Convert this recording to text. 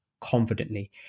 confidently